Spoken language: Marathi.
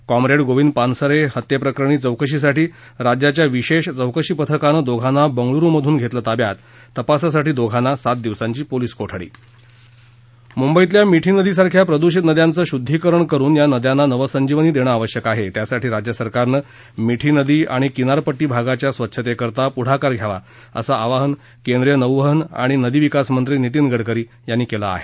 कॉंप्रेड गोविंद पानसरे हत्येप्रकरणी चौकशीसाठी राज्याच्या विशेष चौकशी पथकानं दोघांना बंगळुरुमधून घेतलं ताब्यात तपासासाठी दोघांना सात दिवसांची पोलीस कोठडी मुंबईतल्या मिठी नदीसारख्या प्रदृषित नद्यांचं शुद्धीकरण करुन या नद्यांना नवसंजीवनी देणं आवश्यक आहे त्यासाठी राज्य सरकारनं मिठी नदी आणि किनारपट्टी भागाच्या स्वच्छतेकरता पुढाकार घ्यावा असं आवाहन केंद्रीय नौवहन आणि नदीविकास मंत्री नितीन गडकरी यांनी केलं आहे